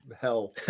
hell